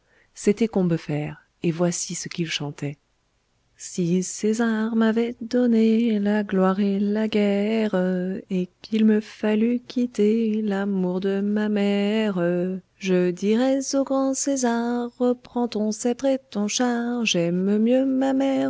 c'était combeferre et voici ce qu'il chantait si césar m'avait donné la gloire et la guerre et qu'il me fallût quitter l'amour de ma mère je dirais